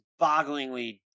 bogglingly